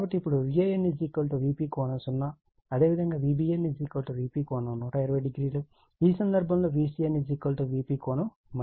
కాబట్టి ఇప్పుడు Van Vp∠0o అదేవిధంగా Vbn Vp∠120o ఈ సందర్భంలో Vcn Vp∠ 120o గా పరిగణించబడతాయి